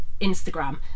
Instagram